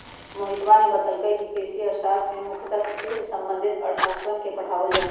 मोहितवा ने बतल कई कि कृषि अर्थशास्त्र में मुख्यतः कृषि से संबंधित अर्थशास्त्रवन के पढ़ावल जाहई